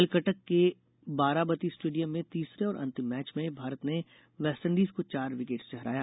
कल कटक के बाराबती स्टेटडियम में तीसरे और अंतिम मैच में भारत ने वेस्टाइंडीज को चार विकेट से हराया